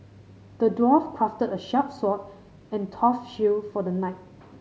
the dwarf crafted a sharp sword and tough shield for the knight